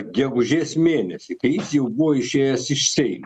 gegužės mėnesį kai jis jau buvo išėjęs iš seimo